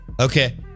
Okay